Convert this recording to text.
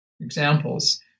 Examples